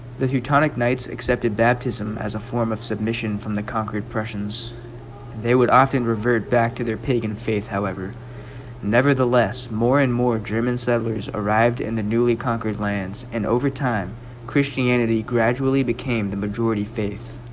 the teutonic knights accepted baptism as a form of submission from the conquered prussians they would often revert back to their pagan faith however nevertheless more and more german settlers arrived in the newly conquered lands and over time christianity gradually became the majority faith